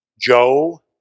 Joe